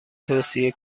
توصیه